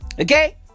Okay